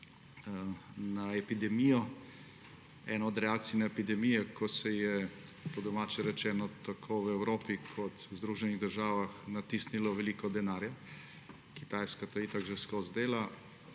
pa je, da je ena od reakcij na epidemijo, ko se je, po domače rečeno, tako v Evropi kot Združenih državah natisnilo veliko denarja, Kitajska to itak že skozi dela,